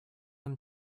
them